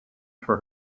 for